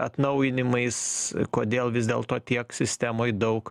atnaujinimais kodėl vis dėlto tiek sistemoj daug